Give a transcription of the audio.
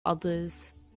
others